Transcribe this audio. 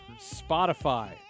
spotify